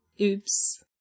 Oops